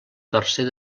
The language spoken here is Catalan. tercer